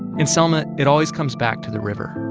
in selma, it always comes back to the river.